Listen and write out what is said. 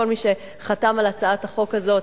כל מי שחתם על הצעת החוק הזאת,